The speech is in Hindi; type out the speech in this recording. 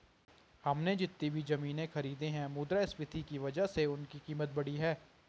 हमने जितनी भी जमीनें खरीदी हैं मुद्रास्फीति की वजह से उनकी कीमत बढ़ी है